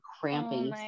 cramping